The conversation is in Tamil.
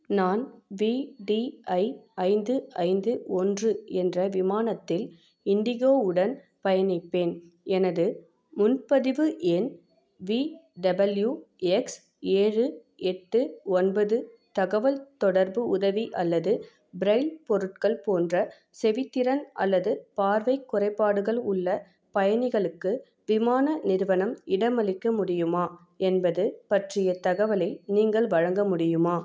நான் வி டி ஐ ஐந்து ஐந்து ஒன்று என்ற விமானத்தில் இண்டிகோ உடன் பயணிப்பேன் எனது முன்பதிவு எண் வி டபள்யூ எக்ஸ் ஏழு எட்டு ஒன்பது தகவல் தொடர்பு உதவி அல்லது ப்ரெய்ல் பொருட்கள் போன்ற செவித்திறன் அல்லது பார்வை குறைபாடுகள் உள்ள பயணிகளுக்கு விமான நிறுவனம் இடமளிக்க முடியுமா என்பது பற்றிய தகவலை நீங்கள் வழங்க முடியுமா